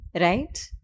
right